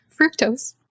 Fructose